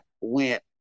went